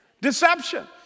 deception